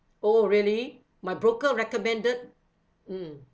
oh really my broker recommended mm